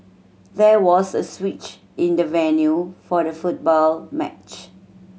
there was a switch in the venue for the football match